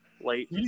Late